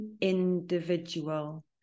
individual